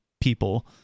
people